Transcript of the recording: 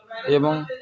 ଏବଂ